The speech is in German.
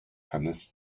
hannes